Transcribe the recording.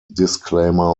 disclaimer